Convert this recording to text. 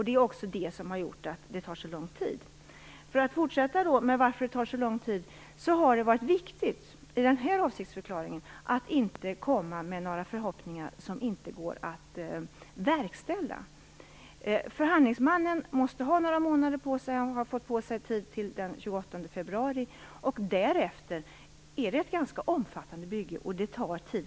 Det är också det som har gjort att det tar så lång tid. Jag kan fortsätta med att förklara varför det tar så lång tid. Det har varit viktigt i avsiktsförklaringen att inte komma med några förhoppningar som inte går att verkställa. Förhandlingsmannen måste ha några månader på sig. Han har fått tid till den 28 februari. Därefter är det ett ganska omfattande bygge, och det tar tid.